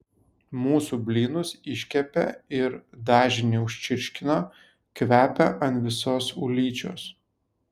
mūsų blynus iškepė ir dažinį užčirškino kvepia ant visos ulyčios